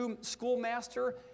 schoolmaster